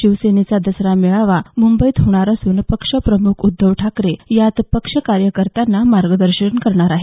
शिवसेनेचा दसरा मेळावा मुंबईत होणार असून पक्ष प्रमुख उद्धव ठाकरे यात पक्ष कार्यकर्त्यांना मार्गदर्शन करणार आहेत